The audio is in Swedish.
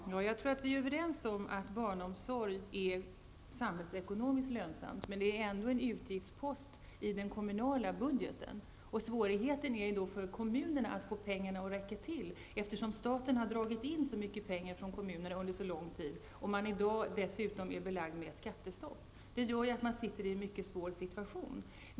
Herr talman! Jag tror att vi är överens om att barnomsorg är samhällsekonomiskt lönsamt. Men det är ändå en utgiftspost i den kommunala budgeten. Svårigheten för kommunerna är att få pengarna att räcka till, eftersom staten under så lång tid har dragit in mycket pengar för kommunerna och eftersom kommunerna dessutom i dag är belagda med skattestopp. Detta gör att kommunerna befinner sig i en mycket svår situation.